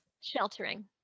sheltering